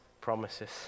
promises